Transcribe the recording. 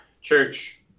church